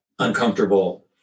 Uncomfortable